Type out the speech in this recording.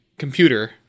computer